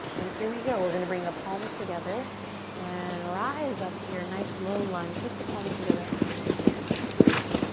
and here we go, we're gonna bring the palms together and rise up here. nice low lunge with the palms together anjuli mudra at the heart.